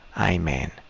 Amen